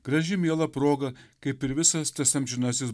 graži miela proga kaip ir visas tas amžinasis